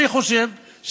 אני חושב,